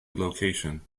location